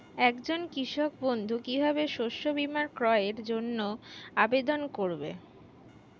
একজন কৃষক বন্ধু কিভাবে শস্য বীমার ক্রয়ের জন্যজন্য আবেদন করবে?